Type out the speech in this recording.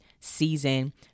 season